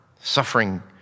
suffering